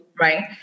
right